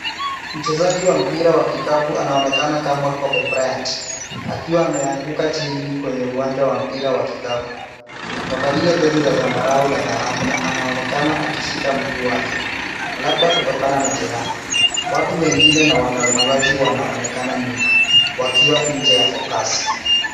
Mchezaji wa mpira wa kikapu anaonekana kama kobe Bryat akiwa ameanguka chini kwenye uwanja wa mpira wa kikapu. Amevalia jezi za zambarau na dhahabu na anaonekana akishika mguu wake labda kutokana na jeraha. Watu wengine na watazamaji wanaonekana nyuma wakiwa nje ya [cs ] fokasi[cs ].